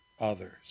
others